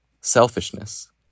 selfishness